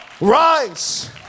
rise